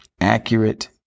Accurate